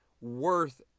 worth